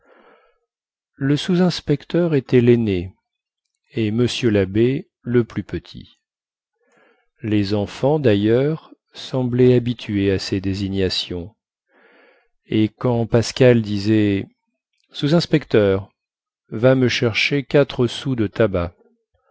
le sous inspecteur était laîné et monsieur labbé le plus petit les enfants dailleurs semblaient habitués à ces désignations et quand pascal disait sous inspecteur va me chercher quatre sous de tabac